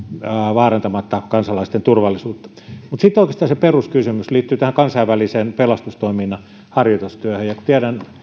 vaarantamatta kansalaisten turvallisuutta mutta sitten oikeastaan se peruskysymys liittyy tähän kansainväliseen pelastustoiminnan harjoitustyöhön ja kun tiedän